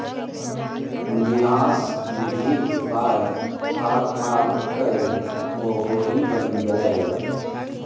न्यास निधिक पाय खा खाकए ओ गोहि बनि गेलै